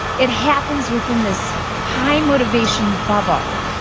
it happens within this high motivation bubble,